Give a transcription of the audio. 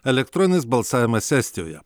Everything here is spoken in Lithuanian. elektroninis balsavimas estijoje